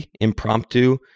impromptu